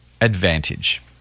advantage